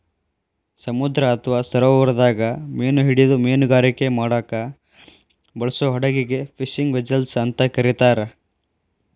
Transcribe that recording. ಸಮುದ್ರ ಅತ್ವಾ ಸರೋವರದಾಗ ಮೇನಾ ಹಿಡಿದು ಮೇನುಗಾರಿಕೆ ಮಾಡಾಕ ಬಳಸೋ ಹಡಗಿಗೆ ಫಿಶಿಂಗ್ ವೆಸೆಲ್ಸ್ ಅಂತ ಕರೇತಾರ